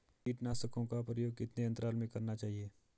कीटनाशकों का प्रयोग कितने अंतराल में करना चाहिए?